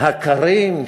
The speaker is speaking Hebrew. הכרים?